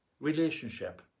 relationship